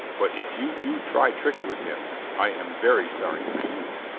but if you do try tricks with him i am very sorry for you.